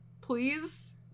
please